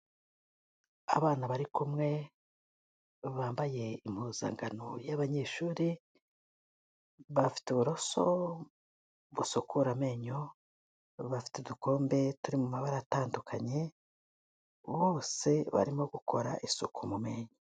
Abana bari kumwe bambaye impuzankano y'abanyeshuri bafite uburoso busukura amenyo, bafite udukombe turi mu mabara atandukanye bose barimo gukora isuku mu menyo.